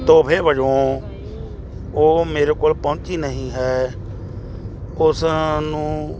ਤੋਹਫੇ ਵਜੋਂ ਉਹ ਮੇਰੇ ਕੋਲ ਪਹੁੰਚੀ ਨਹੀਂ ਹੈ ਉਸ ਨੂੰ